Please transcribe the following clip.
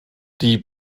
die